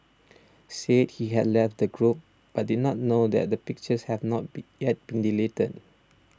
said he had left the group but did not know that the pictures have not be yet been deleted